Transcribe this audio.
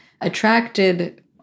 attracted